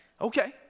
Okay